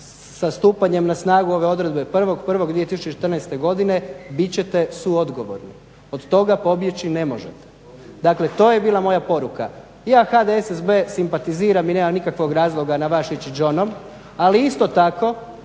sa stupanjem na snagu ove odredbe 1.1.2014.godine bit ćete suodgovorni. Od toga pobjeći ne možete. Dakle to je bila moja poruka. Ja HDSSB simpatiziram i nemam nikakvog razloga na vas ići džonom ali isto tako